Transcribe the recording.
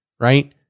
right